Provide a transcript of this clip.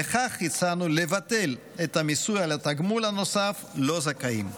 וכן הצענו לבטל את המיסוי על התגמול הנוסף שלו הם זכאים.